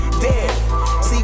dead